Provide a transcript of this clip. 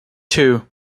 two